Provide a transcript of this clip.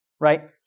right